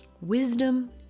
Wisdom